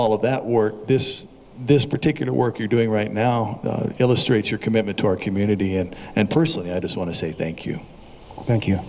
all of that work this this particular work you're doing right now illustrates your commitment to our community and and i just want to say thank you thank you